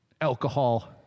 Alcohol